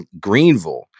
Greenville